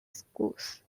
schools